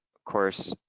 of course,